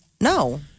no